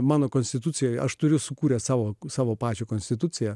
mano konstitucijoje aš turiu sukūręs savo savo pačią konstituciją